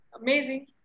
amazing